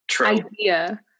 idea